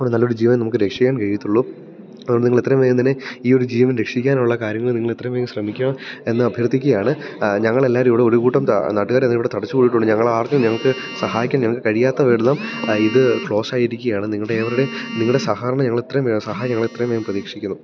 കൂടെ നല്ലൊരു ജീവൻ നമുക്ക് രക്ഷിക്കാൻ കഴിയത്തുള്ളൂ അതുകൊണ്ട് നിങ്ങൾ എത്രയും വേഗം തന്നെ ഈ ഒരു ജീവൻ രക്ഷിക്കാനുള്ള കാര്യങ്ങൾ നിങ്ങൾ എത്രയും വേഗം ശ്രമിക്കുക എന്ന് അഭ്യർത്ഥിക്കുകയാണ് ഞങ്ങളെല്ലാവരും ഇവിടെ ഒരു കൂട്ടം നാട്ടുകാര് ഇവിടെ തടിച്ച് കൂടിയിട്ടുണ്ട് ഞങ്ങൾ ആർക്കും ഞങ്ങൾക്ക് സഹായിക്കാൻ ഞങ്ങൾക്ക് കഴിയാത്ത വിധം ഇത് ക്ലോസ് ആയിരിക്കുകയാണ് നിങ്ങളുടെ ഏവരുടെയും നിങ്ങളുടെ സഹകരണം ഞങ്ങൾ എത്രയും വേഗം സഹായം ഞങ്ങൾ എത്രയും വേഗം പ്രതീക്ഷിക്കുന്നു